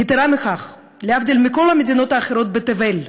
יתרה מכך, להבדיל מכל המדינות האחרות בתבל,